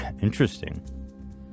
Interesting